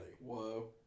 Whoa